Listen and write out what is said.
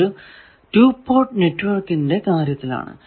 അത് ഒരു 2 പോർട്ട് നെറ്റ്വർക്കിന്റെ കാര്യത്തിൽ ആണ്